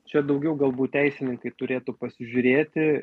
čia daugiau galbūt teisininkai turėtų pasižiūrėti